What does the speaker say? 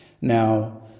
Now